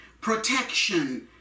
protection